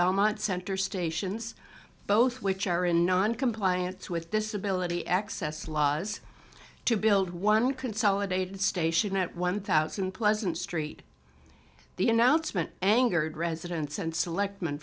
belmont center stations both which are in noncompliance with this ability access laws to build one consolidated station at one thousand pleasant street the announcement angered residents and select